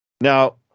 Now